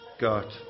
God